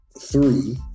three